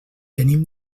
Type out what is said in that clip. venim